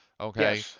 Okay